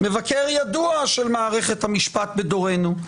מבקר ידוע של מערכת המשפט בדורנו.